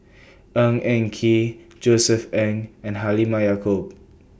Ng Eng Kee Josef Ng and Halimah Yacob